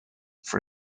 for